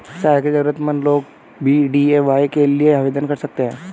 शहर के जरूरतमंद लोग भी डी.ए.वाय के लिए आवेदन कर सकते हैं